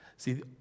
See